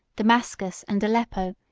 damascus, and aleppo,